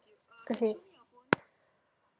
okay